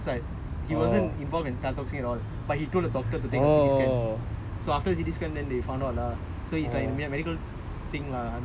no no no no he he like studied like outside he wasn't involved in tan-tock-seng at all but he told the doctor to take a C_T scan so after that they found out lah